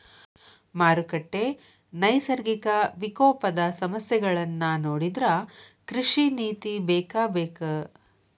ಮಾರುಕಟ್ಟೆ, ನೈಸರ್ಗಿಕ ವಿಪಕೋಪದ ಸಮಸ್ಯೆಗಳನ್ನಾ ನೊಡಿದ್ರ ಕೃಷಿ ನೇತಿ ಬೇಕಬೇಕ